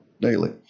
daily